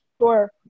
sure